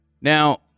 Now